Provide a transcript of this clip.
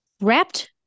Wrapped